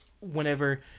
Whenever